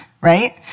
right